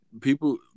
People